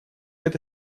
это